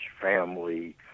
family